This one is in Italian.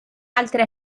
altre